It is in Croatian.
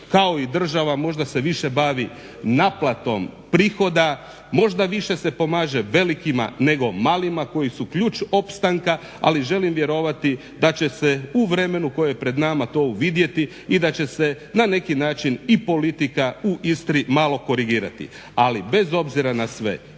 kao i država možda se više bavi naplatom prihoda, možda više se pomaže velikima nego malima koji su ključ opstanka ali želim vjerovati da će se u vremenu koje je pred nama to uvidjeti i da će se na neki način i politika u Istri malo korigirati. Ali bez obzira na sve